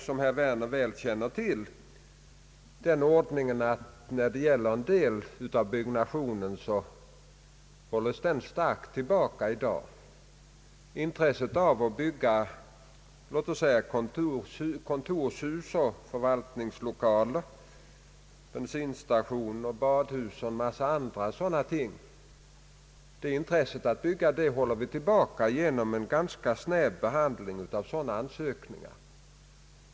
Som herr Werner känner till hålls i dag en del av byggnationen starkt tillbaka. Intresset att bygga låt oss säga kontorshus, förvaltningslokaler, bensinstationer, badhus och liknande byggnader håller vi tillbaka genom en snäv behandling av ansökningar därom.